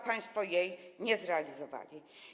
Państwo tego nie zrealizowali.